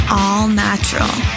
all-natural